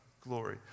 glory